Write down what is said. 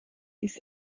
dies